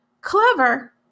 Clever